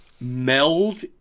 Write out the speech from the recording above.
meld